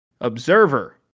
Observer